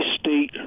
state